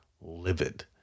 livid